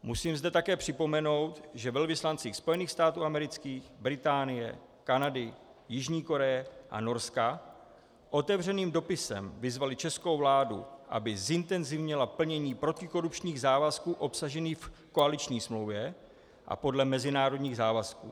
Musím zde také připomenout, že velvyslanci Spojených států amerických, Británie, Kanady, Jižní Koreje a Norska otevřeným dopisem vyzvali českou vládu, aby zintenzivnila plnění protikorupčních závazků obsažených v koaliční smlouvě a podle mezinárodních závazků.